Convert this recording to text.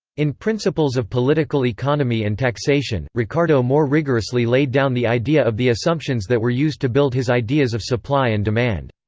in principles of political economy and taxation, ricardo more rigorously laid down the idea of the assumptions that were used to build his ideas of supply and demand.